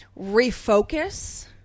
refocus